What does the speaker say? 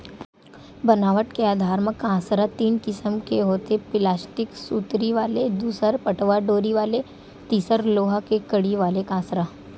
बनावट के आधार म कांसरा तीन किसम के होथे प्लास्टिक सुतरी वाले दूसर पटवा डोरी वाले तिसर लोहा के कड़ी वाले कांसरा